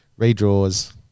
redraws